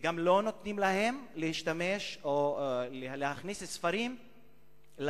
וגם לא נותנים להם להכניס ספרים לבתי-הכלא.